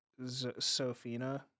Sophina